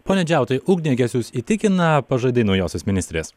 pone džiautai ugniagesius įtikina pažadai naujosios ministrės